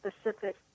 specific